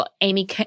Amy